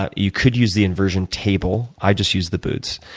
ah you could use the inversion table. i just use the boots.